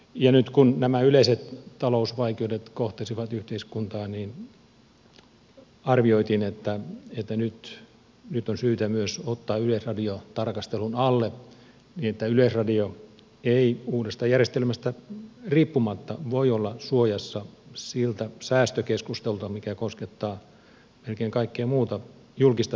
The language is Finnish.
ja nyt kun nämä yleiset talousvaikeudet kohtasivat yhteiskuntaa niin arvioitiin että nyt on syytä myös ottaa yleisradio tarkastelun alle niin että yleisradio ei uudesta järjestelmästä riippumatta voi olla suojassa siltä säästökeskustelulta joka koskettaa melkein kaikkea muuta julkista sektoria yhteiskunnassa